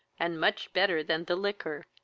and much better than the liquor.